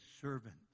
servant